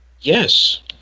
Yes